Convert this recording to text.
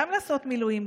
גם לעשות מילואים,